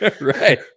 Right